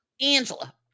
Angela